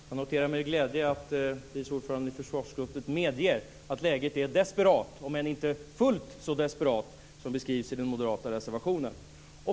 Fru talman! Jag noterar med glädje att vice ordföranden i försvarsutskottet medger att läget är desperat, om än inte fullt så desperat som beskrivs i den moderata reservationen.